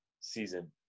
season